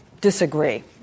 disagree